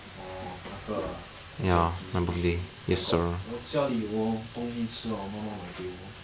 orh 那个 genki sushi I got 我家里我有东西吃了我妈妈买给我